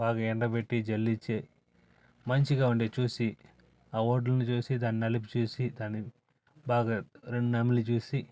బాగా ఎండ బెట్టి జల్లించి మంచిగా ఉండే చూసి ఆ వడ్లని చూసి దాన్ని నలిపి చూసి దాన్ని బాగా రెండు నమిలి చూసి